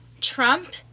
Trump